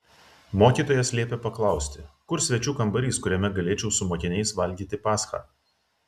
mokytojas liepė paklausti kur svečių kambarys kuriame galėčiau su mokiniais valgyti paschą